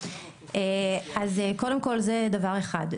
אז קודם כל זה דבר אחד.